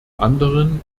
anderen